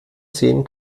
sehen